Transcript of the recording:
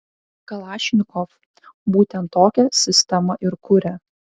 kalašnikov būtent tokią sistemą ir kuria